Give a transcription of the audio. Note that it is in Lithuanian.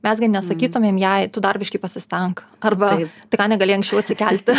mes gi ne sakytumėm jei tu dar biški pasistenk arba tai ką negalėjai anksčiau atsikelti